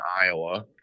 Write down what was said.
Iowa